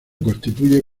constituye